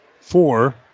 Four